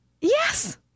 Yes